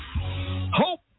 Hope